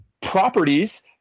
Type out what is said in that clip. properties